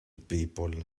people